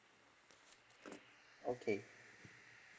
okay